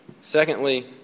Secondly